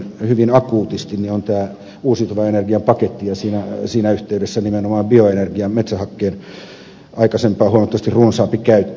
se on tämä uusiutuvan energian paketti ja siinä yhteydessä nimenomaan bioenergian metsähakkeen aikaisempaa huomattavasti runsaampi käyttö